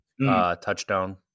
touchdown